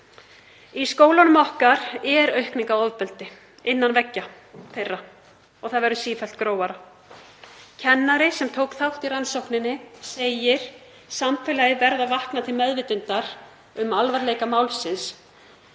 skólanna okkar er aukning á ofbeldi og það verður sífellt grófara. Kennari sem tók þátt í rannsókninni segir að samfélagið verði að vakna til meðvitundar um alvarleika málsins.